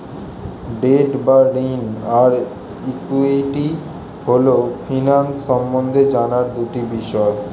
date বা ঋণ আর ইক্যুইটি হল ফিন্যান্স সম্বন্ধে জানার দুটি বিষয়